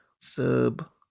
sub